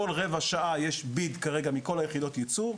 כל רבע שעה יש ביט כרגע מכל יחידות הייצור,